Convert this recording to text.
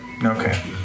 Okay